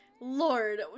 lord